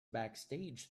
backstage